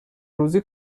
روزی